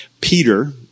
Peter